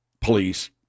police